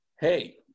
hey